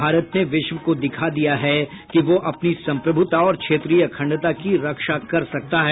भारत ने विश्व को दिखा दिया है कि वह अपनी संप्रभुता और क्षेत्रीय अखंडता की रक्षा कर सकता है